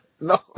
No